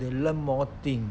they learn more things